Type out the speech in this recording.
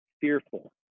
fearful